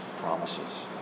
promises